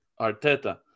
Arteta